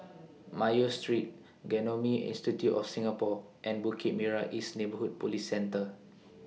Mayo Street Genome Institute of Singapore and Bukit Merah East Neighbourhood Police Centre